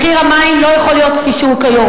מחיר המים לא יכול להיות כפי שהוא כיום,